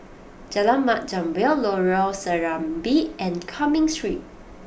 Jalan Mat Jambol Lorong Serambi and Cumming Street